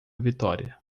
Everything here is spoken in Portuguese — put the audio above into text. vitória